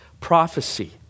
prophecy